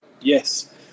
Yes